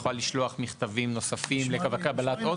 או לשלוח מכתבים נוספים לקבלת עוד מידע.